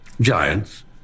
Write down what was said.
Giants